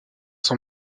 son